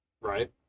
Right